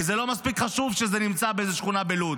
כי זה לא מספיק חשוב כשזה נמצא באיזו שכונה בלוד